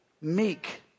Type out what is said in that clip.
meek